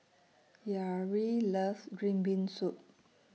Yareli loves Green Bean Soup